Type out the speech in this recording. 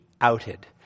outed